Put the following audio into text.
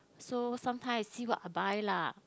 so sometimes I see what I buy lah